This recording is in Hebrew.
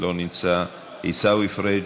לא נמצא, עיסאווי פריג'